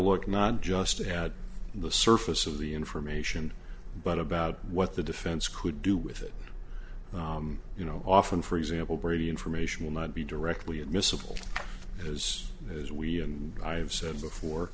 look not just at the surface of the information but about what the defense could do with it you know often for example brady information will not be directly admissible because as we and i have said before